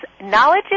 knowledge